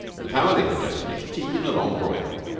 the family had just finished tea in the long drawing-room.